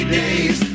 days